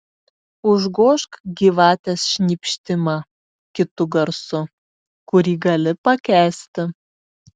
užgožk gyvatės šnypštimą kitu garsu kurį gali pakęsti